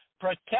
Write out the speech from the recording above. protect